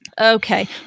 Okay